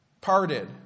parted